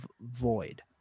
void